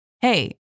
Hey